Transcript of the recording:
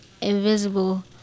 invisible